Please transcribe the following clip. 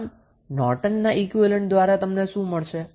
આમ નોર્ટનના ઈક્વીવેલેન્ટ દ્વારા તમને શું મળશે